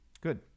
Good